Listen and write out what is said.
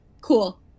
cool